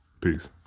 Peace